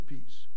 Peace